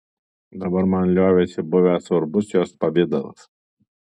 dabar man liovėsi buvęs svarbus jos pavidalas